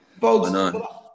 Folks